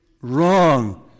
wrong